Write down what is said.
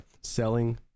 Selling